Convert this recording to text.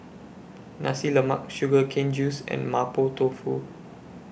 Nasi Lemak Sugar Cane Juice and Mapo Tofu